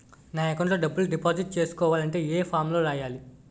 నా అకౌంట్ లో డబ్బులు డిపాజిట్ చేసుకోవాలంటే ఏ ఫామ్ లో రాయాలి?